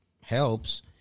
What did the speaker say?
helps